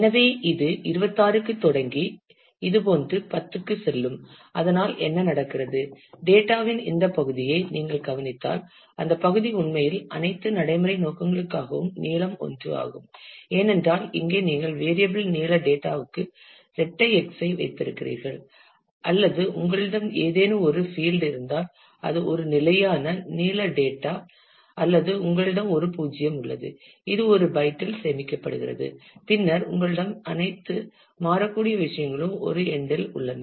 எனவே இது 26 க்குத் தொடங்கி இதுபோன்று 10 க்குச் செல்லும் அதனால் என்ன நடக்கிறது டேட்டா வின் இந்த பகுதியை நீங்கள் கவனித்தால் அந்த பகுதி உண்மையில் அனைத்து நடைமுறை நோக்கங்களுக்காகவும் நீளம் 1 ஆகும் ஏனென்றால் இங்கே நீங்கள் வேரியப்பிள் நீள டேட்டா வுக்கு இரட்டை x ஐ வைத்திருக்கிறீர்கள் அல்லது உங்களிடம் ஏதேனும் ஒரு பீல்ட் இருந்தால் அது ஒரு நிலையான நீள டேட்டா அல்லது உங்களிடம் ஒரு பூஜ்யம் உள்ளது இது ஒரு பைட்டில் சேமிக்கப்படுகிறது பின்னர் உங்களிடம் அனைத்து மாறக்கூடிய விஷயங்களும் ஒரு என்ட் இல் உள்ளன